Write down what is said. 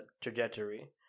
trajectory